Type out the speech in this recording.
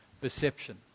perception